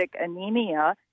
anemia